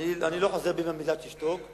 לא מוכן שהוא יגיד לי לשתוק.